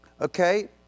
Okay